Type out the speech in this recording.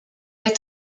est